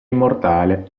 immortale